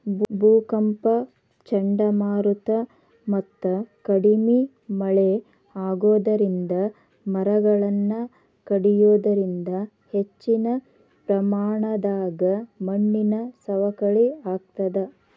ಭೂಕಂಪ ಚಂಡಮಾರುತ ಮತ್ತ ಕಡಿಮಿ ಮಳೆ ಆಗೋದರಿಂದ ಮರಗಳನ್ನ ಕಡಿಯೋದರಿಂದ ಹೆಚ್ಚಿನ ಪ್ರಮಾಣದಾಗ ಮಣ್ಣಿನ ಸವಕಳಿ ಆಗ್ತದ